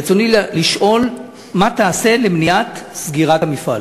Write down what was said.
רצוני לשאול: מה תעשה למניעת סגירת המפעל?